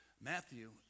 Matthew